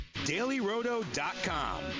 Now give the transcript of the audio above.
DailyRoto.com